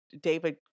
David